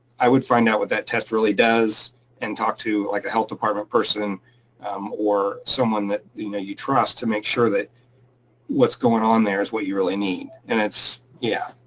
i would find out what that test really does and talk to like a health department person or someone that you know you trust to make sure that what's going on there is what you really need. and yeah.